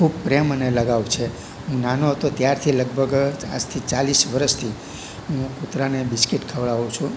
ખૂબ પ્રેમ અને લગાવ છે હું નાનો હતો ત્યારથી લગભગ આજથી ચાલીસ વર્ષથી હું કુતરાને બિસ્કિટ ખવડાવું છું